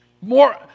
more